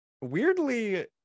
weirdly